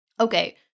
Okay